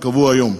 כקבוע כיום.